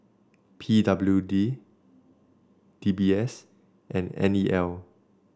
P W D D B S and N E L